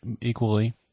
equally